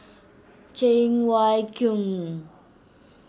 Cheng Wai Keung